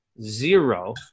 zero